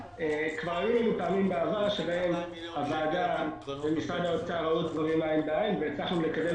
כבר ראינו פעמים בעבר שבהן הוועדה ומשרד האוצר ראו עין בעין והצלחנו לקדם